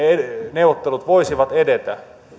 neuvottelut voisivat edetä